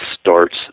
starts